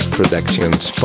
Productions